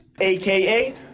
aka